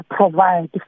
provide